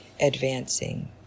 advancing